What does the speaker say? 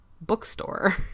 bookstore